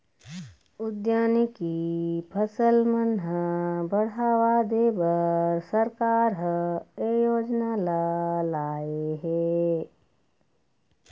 उद्यानिकी फसल मन ह बड़हावा देबर सरकार ह ए योजना ल लाए हे